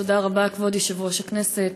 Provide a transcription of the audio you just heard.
תודה רבה, כבוד יושב-ראש הכנסת.